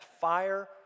fire